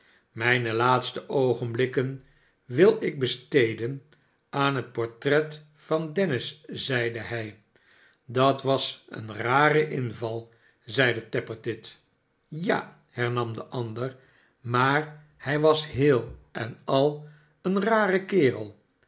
mijne laatste oogenblikken wil ik besteden aan het portret van dennis zeide hij dat was een rare inval zeide tappertit ja hernam de ander smaar hij was heel en al een rare kerel